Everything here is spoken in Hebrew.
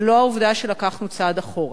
ולא העובדה שלקחנו צעד אחורה.